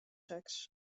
geks